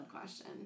question